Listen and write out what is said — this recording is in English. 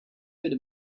could